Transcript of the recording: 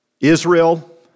Israel